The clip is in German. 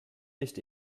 nicht